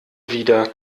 wieder